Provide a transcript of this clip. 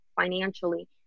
financially